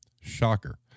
Shocker